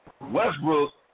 Westbrook